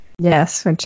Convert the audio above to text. Yes